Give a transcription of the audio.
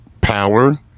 power